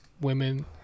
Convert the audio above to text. women